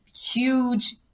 huge